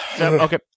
Okay